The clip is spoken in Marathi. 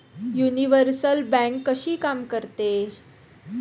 युनिव्हर्सल बँक कशी काम करते?